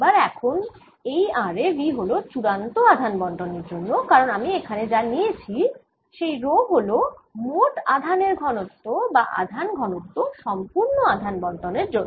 এবার এখন এই r এ V হল চূড়ান্ত আধান বন্টন এর জন্য কারণ আমি এখানে যা নিয়েছি সেই রো হল মোট আধানদের ঘনত্ব বা আধান ঘনত্ব সম্পূর্ণ আধান বন্টন এর জন্য